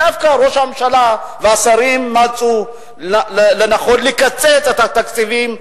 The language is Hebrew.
דווקא ראש הממשלה והשרים מצאו לנכון לקצץ את התקציבים,